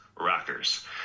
Rockers